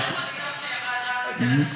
לא יכול להיות שירד רק אצל הנשים,